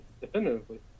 Definitively